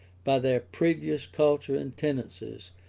by their previous culture and tendencies,